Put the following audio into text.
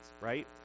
right